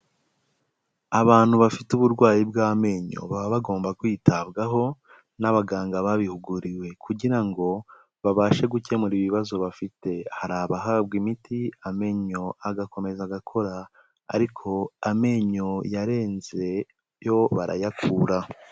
Abantu bafite uburwayi bw'amenyo baba bagomba kwitabwaho n'abaganga babihuguriwe, kugira ngo babashe gukemura ibibazo bafite, hari abahabwa imiti amenyo agakomeza agakora, ariko amenyo yarenze yo barayakura.